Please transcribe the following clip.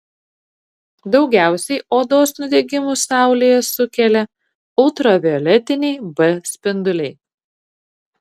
daugiausiai odos nudegimų saulėje sukelia ultravioletiniai b spinduliai